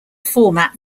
format